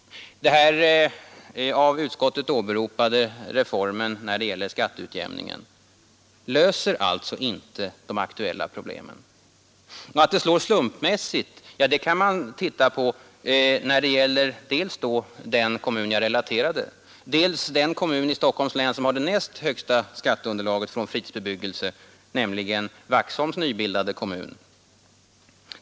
Den av utskottet åberopade reformen när det gäller skatteutjämningen löser alltså inte de aktuella problemen. Att den slår slumpmässigt kan man se när det gäller dels den kommun jag nämnde, dels den kommun i Stockholms län som har det näst högsta skatteunderlaget från fritidsbebyggelse, nämligen Vaxholms nybildade kommun.